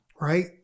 right